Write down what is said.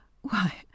Why